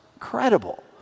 Incredible